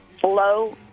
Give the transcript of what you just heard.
flow